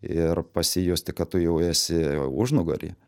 ir pasijusti kad tu jau esi užnugary